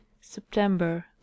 September